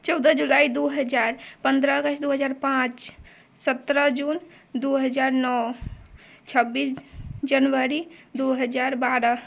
चौदह जुलाइ दू हजार पंद्रह अगस्त दू हजार पाँच सत्रह जून दू हजार नओ छब्बीस जनवरी दू हजार बारह